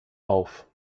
auf